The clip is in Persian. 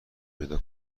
پیدا